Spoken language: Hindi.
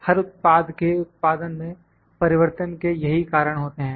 हर उत्पाद के उत्पादन में परिवर्तन के यही कारण होते हैं